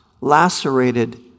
lacerated